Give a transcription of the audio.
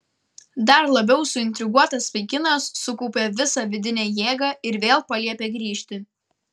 dar labiau suintriguotas vaikinas sukaupė visą vidinę jėgą ir vėl paliepė grįžti